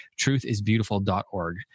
truthisbeautiful.org